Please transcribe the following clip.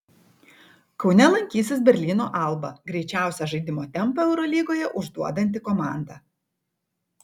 kaune lankysis berlyno alba greičiausią žaidimo tempą eurolygoje užduodanti komanda